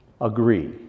agree